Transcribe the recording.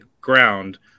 ground